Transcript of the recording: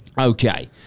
Okay